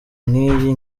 nk’iyi